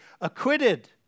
acquitted